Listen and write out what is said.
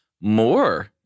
more